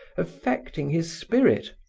affecting his spirit,